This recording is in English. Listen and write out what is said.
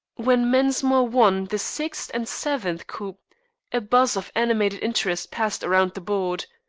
when mensmore won the sixth and seventh coups a buzz of animated interest passed around the board.